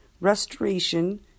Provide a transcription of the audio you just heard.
restoration